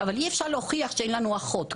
אבל אי אפשר להוכיח שאין לנו אחות.